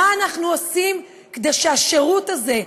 מה אנחנו עושים כדי שהשירות הזה,